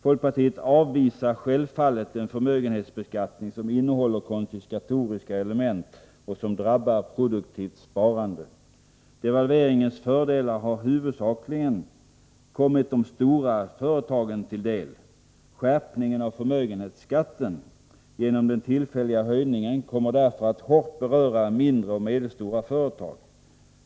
Folkpartiet avvisar självfallet en förmögenhetsbeskattning som innehåller konfiskatoriska element som drabbar produktivt sparande. Devalveringens fördelar har huvudsakligen kommit de stora företagen till del. Skärpningen av förmögenhetsskatten genom den tillfälliga höjningen kommer därför att hårt beröra mindre och medelstora företag.